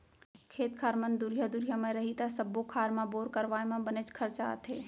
खेत खार मन दुरिहा दुरिहा म रही त सब्बो खार म बोर करवाए म बनेच खरचा आथे